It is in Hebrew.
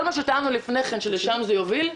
כל מה שטענו לפני כן שלשם זה יוביל,